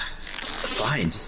Fine